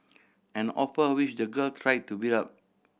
an offer which the girl try to beat up